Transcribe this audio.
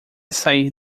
sair